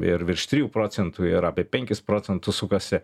ir virš trijų procentų ir apie penkis procentus sukasi